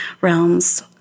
realms